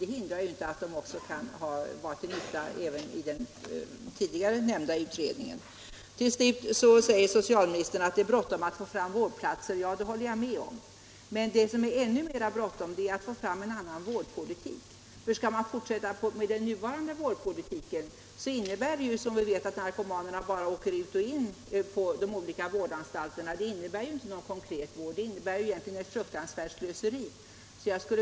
Det hindrar naturligtvis inte att de kan vara till nytta även i den tidigare nämnda utredningen. Socialministern sade också att det är bråttom med att få fram vårdplatser. Det håller jag med honom om. Men vad som är ännu mera bråttom är att få fram en annan vårdpolitik. Skall man fortsätta med den nuvarande vårdpolitiken vet vi att det bara innebär att narkomanerna åker ut och in på de olika vårdanstalterna. De får ingen konkret vård, utan det är egentligen ett fruktansvärt slöseri.